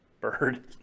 bird